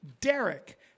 Derek